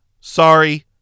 Sorry